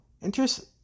Interest